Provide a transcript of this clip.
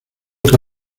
que